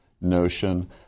notion